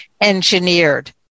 engineered